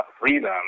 freedom